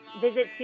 visit